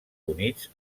units